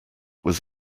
was